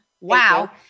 wow